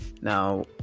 Now